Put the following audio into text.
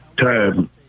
time